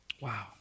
Wow